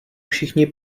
všichni